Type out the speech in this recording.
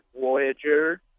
Voyager